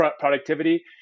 productivity